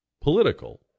political